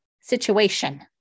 situation